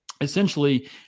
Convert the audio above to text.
essentially